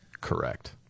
Correct